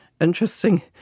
interesting